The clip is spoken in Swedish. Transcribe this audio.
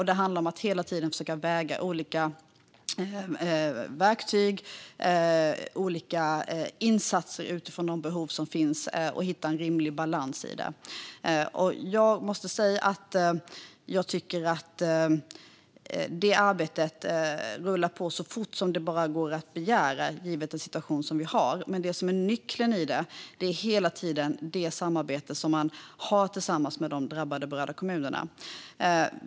Det handlar om att hela tiden försöka väga olika verktyg och insatser utifrån de behov som finns och hitta en rimlig balans i det. Jag måste säga att jag tycker att arbetet rullar på så fort man kan begära givet den situation vi har, men det som är nyckeln i detta är hela tiden det samarbete som man har tillsammans med de drabbade berörda kommunerna.